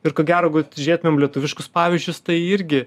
ir ko gero jeigu žiūrėtumėm lietuviškus pavyzdžius tai irgi